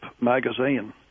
magazine